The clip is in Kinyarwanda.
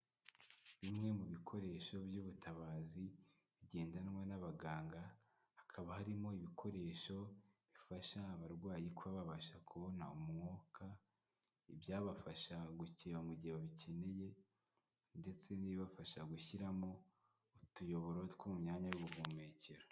Bimwe mu bikoresho by'ubutabazi, bigendanwa n'abaganga, hakaba harimo ibikoresho bifasha abarwayi kuba babasha kubona umwuka, ibyabafasha gukeba mu gihe babikeneye ndetse n'ibafasha gushyiramo utuyoboro two mu myanya y'ubuhumekero.